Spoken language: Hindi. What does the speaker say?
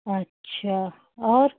अच्छा और